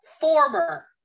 former